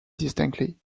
distinctly